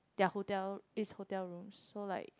their hotel is hotel rooms so like